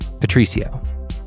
Patricio